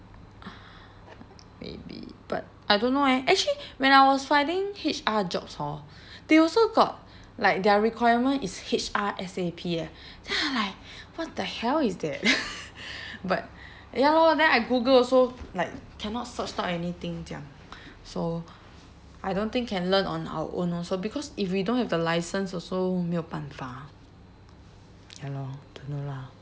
maybe but I don't know eh actually when I was finding H_R jobs hor they also got like their requirement is H_R S_A_P eh then I like what the hell is that but ya lor then I Google also like cannot search 到 anything 这样 so I don't think can learn on our own also because if we don't have the licence also 没有办法 ya lor don't know lah